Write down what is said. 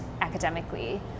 academically